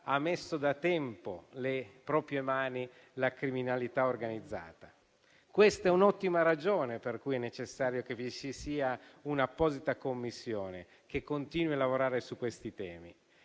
ha messo da tempo le proprie mani la criminalità organizzata. Questa è un'ottima ragione per cui è necessario che vi sia un'apposita Commissione che continui a lavorare su questi temi